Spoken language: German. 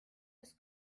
des